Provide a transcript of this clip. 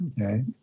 Okay